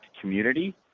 community